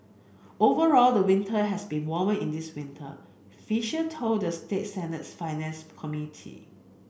overall the winter has been warmer in this winter fisher told the state Senate's Finance Committee